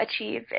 achieve